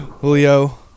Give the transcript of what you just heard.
Julio